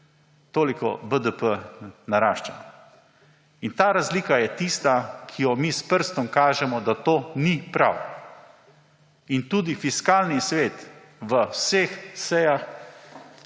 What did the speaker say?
toliko BDP narašča. In ta razlika je tista, na katero mi s prstom kažemo, da to ni prav. Tudi Fiskalni svet na vseh sejah